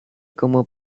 como